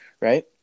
right